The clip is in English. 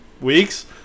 weeks